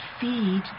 feed